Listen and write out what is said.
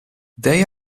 they